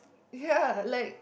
ya like